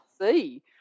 see